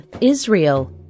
Israel